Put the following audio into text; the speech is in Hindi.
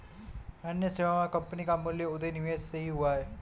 अन्य सेवा मे कम्पनी का मूल उदय विदेश से ही हुआ है